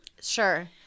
Sure